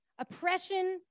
oppression